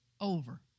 over